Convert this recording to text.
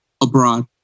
abroad